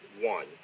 one